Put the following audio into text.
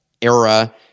era